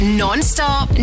non-stop